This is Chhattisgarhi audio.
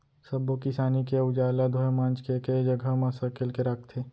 सब्बो किसानी के अउजार ल धोए मांज के एके जघा म सकेल के राखथे